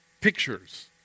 pictures